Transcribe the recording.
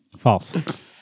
False